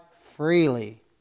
freely